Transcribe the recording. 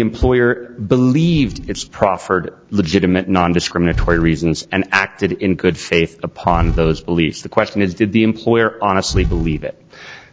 employer believed its proffered legitimate nondiscriminatory reasons and acted in good faith upon those beliefs the question is did the employer honestly believe that